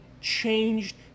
changed